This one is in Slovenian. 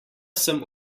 sem